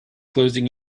closing